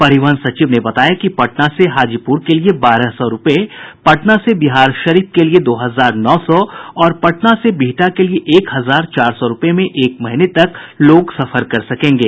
परिवहन सचिव ने बताया कि पटना से हाजीपुर के लिए बारह सौ रूपये पटना से बिहारशरीफ दो हजार नौ सौ और पटना से बिहटा के लिए एक हजार चार सौ रूपये में एक महीने तक सफर कर सकेंगे